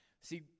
See